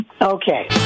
Okay